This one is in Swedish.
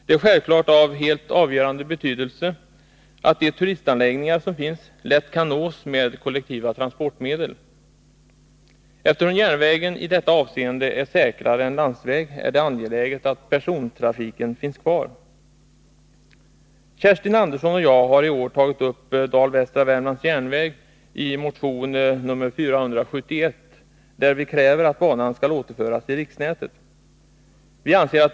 Det är självfallet av helt avgörande betydelse att de turistanläggningar som finns lätt kan nås med kollektiva transportmedel. Eftersom järnväg i detta avseende är säkrare än landsväg är det angeläget att persontrafiken på denna bansträcka finns kvar. Kerstin Andersson och jag har i år väckt en motion, nr 471, om Dal-Västra Värmlands järnväg. Vi kräver att banan skall återföras till riksnätet.